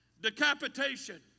decapitation